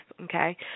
okay